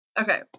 okay